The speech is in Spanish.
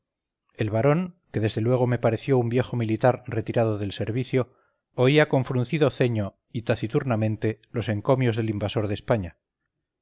el varón que desde luego me pareció un viejo militar retirado del servicio oía con fruncido ceño y taciturnamente los encomios del invasor de españa